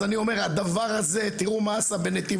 אז אני אומר הדבר הזה תראו מה זה עשה בנתיבות,